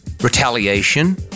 retaliation